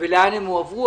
ולאן הן הועברו.